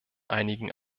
einigen